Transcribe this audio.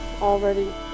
Already